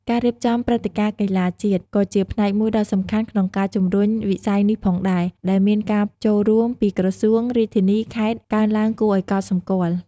ការរៀបចំព្រឹត្តិការណ៍កីឡាជាតិ ក៏ជាផ្នែកមួយដ៏សំខាន់ក្នុងការជំរុញវិស័យនេះផងដែរ ដែលមានការចូលរួមពីក្រសួង រាជធានី-ខេត្ត កើនឡើងគួរឱ្យកត់សម្គាល់។